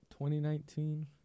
2019